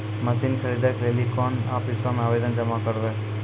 Machine खरीदै के लेली कोन आफिसों मे आवेदन जमा करवै?